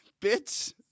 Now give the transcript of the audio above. Bitch